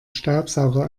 staubsauger